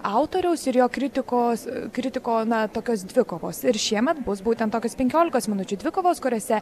autoriaus ir jo kritikos kritiko na tokios dvikovos ir šiemet bus būtent tokios penkiolikos minučių dvikovos kuriose